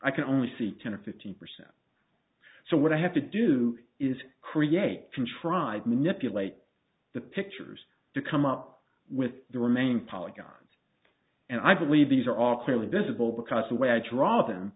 i can only see ten or fifteen percent so what i have to do is create contrived manipulate the pictures to come up with the remaining polygons and i believe these are all clearly visible because the way i draw them